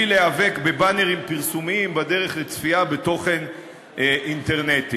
להיאבק בבאנרים פרסומיים בדרך לצפייה בתוכן אינטרנטי.